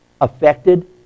affected